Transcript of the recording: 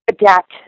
adapt